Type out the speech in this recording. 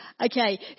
Okay